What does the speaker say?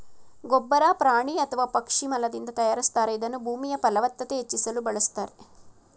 ಗೊಬ್ಬರ ಪ್ರಾಣಿ ಅಥವಾ ಪಕ್ಷಿ ಮಲದಿಂದ ತಯಾರಿಸ್ತಾರೆ ಇದನ್ನ ಭೂಮಿಯಫಲವತ್ತತೆ ಹೆಚ್ಚಿಸಲು ಬಳುಸ್ತಾರೆ